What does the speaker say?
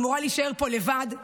אמורה להישאר פה לבד,